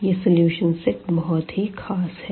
यह solution set बहुत ही ख़ास है